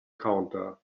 counter